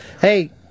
hey